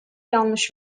yanlış